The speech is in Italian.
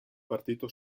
partito